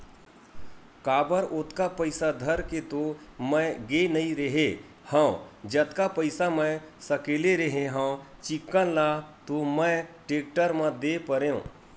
काबर ओतका पइसा धर के तो मैय गे नइ रेहे हव जतका पइसा मै सकले रेहे हव चिक्कन ल तो मैय टेक्टर म दे परेंव